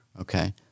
Okay